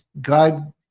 God